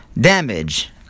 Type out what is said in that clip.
damage